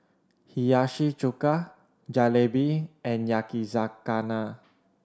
Hiyashi Chuka Jalebi and Yakizakana